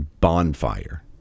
bonfire